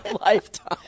lifetime